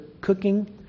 cooking